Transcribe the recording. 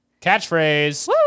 Catchphrase